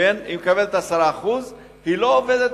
היא מקבלת 10%. אם היא לא עובדת,